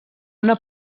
una